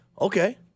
okay